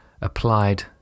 applied